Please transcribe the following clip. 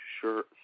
sure